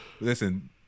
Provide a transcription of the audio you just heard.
listen